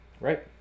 Right